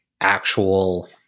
actual